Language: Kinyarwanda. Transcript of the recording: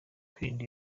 kwirinda